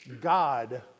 God